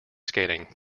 skating